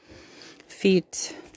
Feet